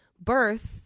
birth